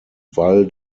val